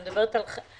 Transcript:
אני מדברת על היומיום.